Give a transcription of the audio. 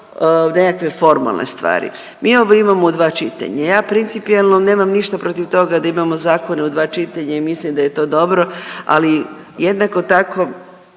nekakve formalne stvari. Mi ovo imamo u dva čitanja. Ja principijelno nemam ništa protiv toga da imamo zakone u dva čitanja i mislim da je to dobro, ali jednako tako